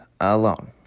Alone